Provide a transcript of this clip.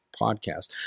podcast